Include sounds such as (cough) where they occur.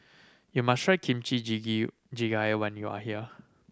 you must try Kimchi (unintelligible) Jjigae when you are here